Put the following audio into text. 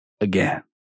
again